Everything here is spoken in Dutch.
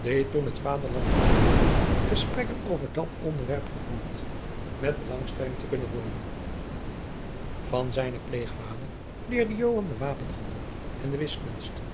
het vaderland verdeelden gesprekken over dat onderwerp gevoerd met belangstelling te kunnen hooren van zijnen pleegvader leerde joan den wapenhandel en de